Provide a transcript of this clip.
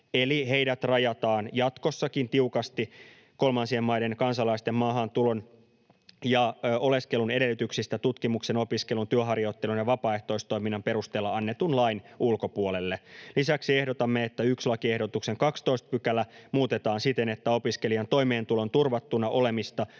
eli heidät rajataan jatkossakin tiukasti kolmansien maiden kansalaisten maahantulon ja oleskelun edellytyksistä tutkimuksen, opiskelun, työharjoittelun ja vapaaehtoistoiminnan perusteella annetun lain ulkopuolelle. Lisäksi ehdotamme, että 1. lakiehdotuksen 12 § muutetaan siten, että opiskelijan toimeentulon turvattuna olemista